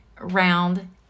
round